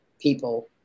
people